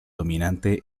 dominante